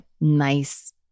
nice